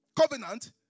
covenant